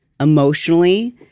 emotionally